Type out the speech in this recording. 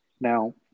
Now